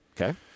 Okay